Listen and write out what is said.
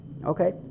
Okay